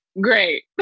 great